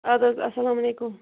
اَدٕ حظ اَسلام علیکُم